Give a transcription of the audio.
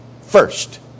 first